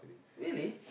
really